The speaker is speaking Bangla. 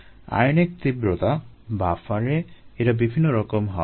আয়নিক তীব্রতা বাফারে এরা বিভিন্ন রকম হয়